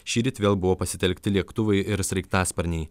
šįryt vėl buvo pasitelkti lėktuvai ir sraigtasparniai